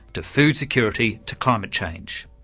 to food security to climate change.